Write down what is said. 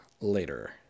later